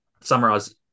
summarize